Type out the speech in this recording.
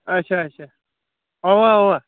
اَچھا اَچھا اَوا اَوا